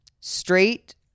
straight